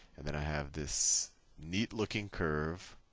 and then i have this neat looking curve